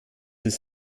ist